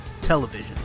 television